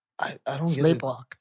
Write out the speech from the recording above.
sleepwalk